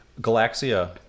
Galaxia